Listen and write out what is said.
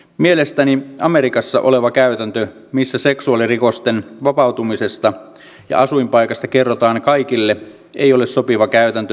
mielestäni amerikassa oleva käytäntö missä seksuaalirikollisten vapautumisesta ja asuinpaikasta kerrotaan kaikille ei ole sopiva käytäntö suomessa